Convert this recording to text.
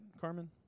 Carmen